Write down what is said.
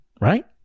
right